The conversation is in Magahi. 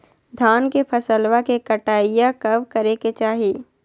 धान के फसलवा के कटाईया कब करे के चाही?